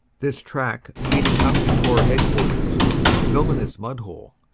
this track leading up to corps headquarters is a villainous mud-hole,